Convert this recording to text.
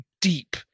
deep